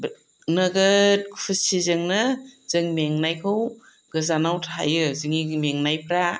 नोगोद खुसिजोंनो जों मेंनायखौ गोजानाव थायो जोंनि मेंनायफोरा